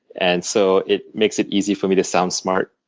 and so it makes it easy for me to sound smart.